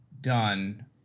done